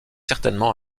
certainement